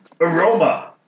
Aroma